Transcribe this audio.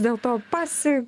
dėl to pasi